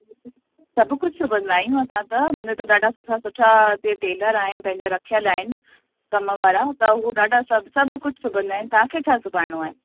सभु कुझु सिबंदा आहियूं असां त मुंहिंजा त ॾाढा सुठा सुठा टेलर आहिनि पंहिंजा रखियल आहिनि कम वारा त हू ॾाढा सभु कुझु सिबंदा आहिनि तव्हांखे छा सिबाइणो आहे